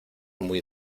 muy